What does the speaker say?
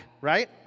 Right